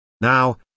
Now